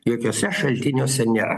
jokiuose šaltiniuose nėra